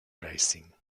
racing